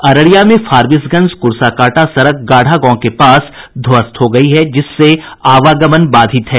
अररिया में फारबिसगंज कुर्साकांटा सड़क गाढ़ा गांव के पास ध्वस्त हो गयी है जिससे आवागमन बाधित है